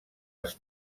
els